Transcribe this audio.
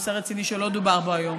על נושא רציני שלא דובר בו היום.